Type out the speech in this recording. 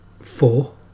Four